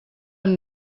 amb